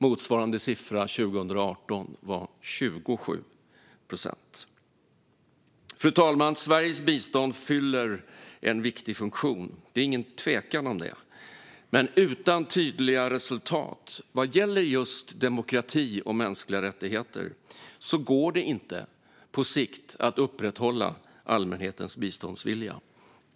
Motsvarande siffra 2018 var 27 procent. Fru talman! Sveriges bistånd fyller en viktig funktion; det är ingen tvekan om det. Men utan tydliga resultat vad gäller just demokrati och mänskliga rättigheter går det inte att på sikt upprätthålla allmänhetens biståndsvilja.